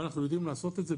ואנחנו יודעים לעשות את זה,